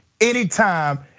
Anytime